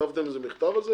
כתבתם איזה מכתב על זה?